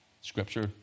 Scripture